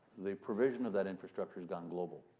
the provision of that infrastructure has gone global.